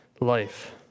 life